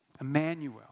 Emmanuel